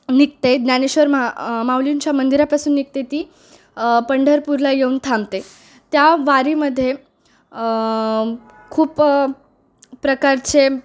निघते ज्ञानेश्वर मा माऊलींच्या मंदिरापासून निघते ती पंढरपूरला येऊन थांबते त्या वारीमध्ये खूप प्रकारचे